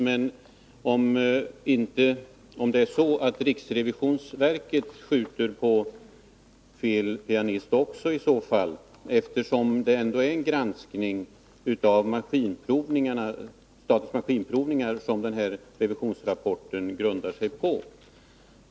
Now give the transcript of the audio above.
Men riksrevisionsverket skjuter i så fall också på fel pianist, eftersom det ändå är en granskning avstatens maskinprovningar som denna revisionsrapport grundar sig på.